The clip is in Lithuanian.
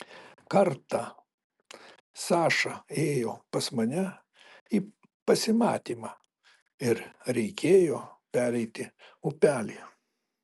kartą saša ėjo pas mane į pasimatymą ir reikėjo pereiti upelį